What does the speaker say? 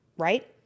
right